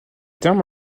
termes